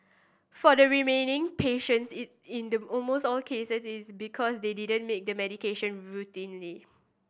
for the remaining patients in the almost all cases is because they didn't make the medication routinely